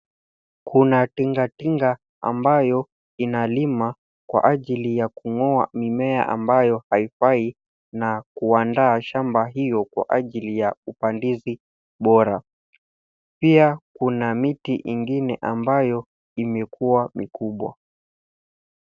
Kuna tingatinga ambayo inalima kwa ajili ya kung'oa mimea ambayo haifai, na kuandaa shamba hiyo kwa ajili ya upandizi bora. Pia kuna miti ingine ambayo imekua mikubwa.